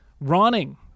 running